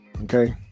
Okay